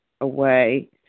away